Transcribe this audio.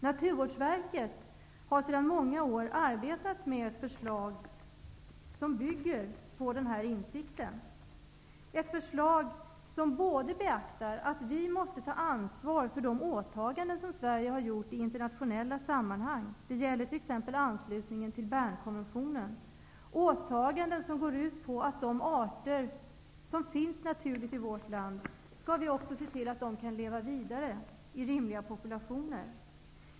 Naturvårdsverket har sedan många år tillbaka arbetat med ett förslag som bygger på denna insikt. Det är ett förslag som både beaktar att vi måste ta ansvar för de åtaganden som Sverige har gjort i internationella sammanhang -- det gäller t.ex. anslutningen till Bernkonventionen -- och som går ut på att vi skall se till att de arter som naturligt finns i vårt land skall kunna leva vidare i rimliga populationer.